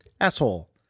Asshole